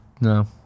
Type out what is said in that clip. no